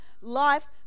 life